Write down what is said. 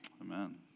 Amen